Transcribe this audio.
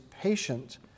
patient